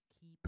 keep